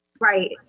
Right